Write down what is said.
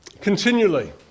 continually